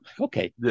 okay